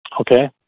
Okay